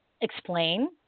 explain